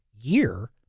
year